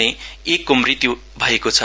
भने एकको मृत्यु भएको छ